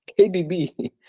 KDB